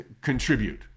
contribute